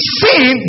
sin